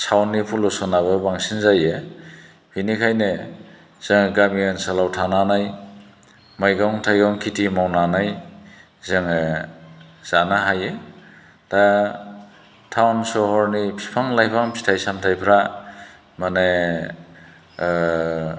सावन्डनि पलिउसनाबो बांसिन जायो बेनिखायनो जों गामि ओनसोलाव थानानै मैगं थाइगं खेथि मावनानै जोङो जानो हायो दा टाउन सहरनि बिफां लाइफां फिथाइ सामथाइफोरा माने